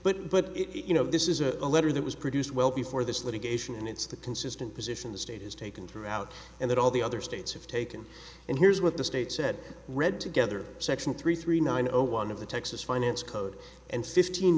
but but it you know this is a letter that was produced well before this litigation and it's the consistent position the state has taken throughout and that all the other states have taken and here's what the state said read together section three three nine zero one of the texas finance code and fifteen